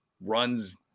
runs